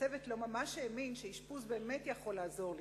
והצוות לא ממש האמין שאשפוז באמת יכול לעזור לי.